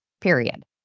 period